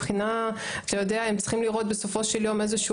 הם צריכים לראות בסופו של יום איזשהו